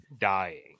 dying